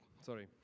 Sorry